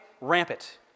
rampant